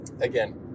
again